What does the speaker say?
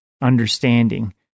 understanding